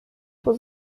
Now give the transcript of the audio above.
vor